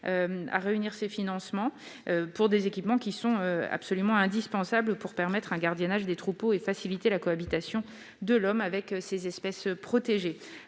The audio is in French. à réunir ces financements pour des équipements absolument indispensables pour permettre un gardiennage des troupeaux et faciliter la cohabitation de l'homme avec ces espèces protégées.